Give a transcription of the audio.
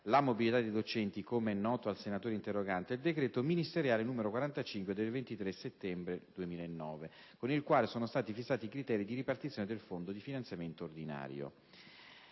la mobilità dei docenti", come è noto al senatore interrogante, è il decreto ministeriale n. 45 del 23 settembre 2009, con il quale sono stati fissati i criteri di ripartizione del fondo di finanziamento ordinario.